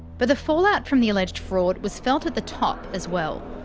but the fallout from the alleged fraud was felt at the top as well.